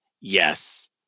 yes